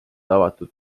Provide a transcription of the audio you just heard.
avatud